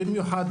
במיוחד,